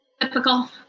Typical